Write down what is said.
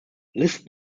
lisp